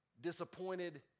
disappointed